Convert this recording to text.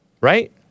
right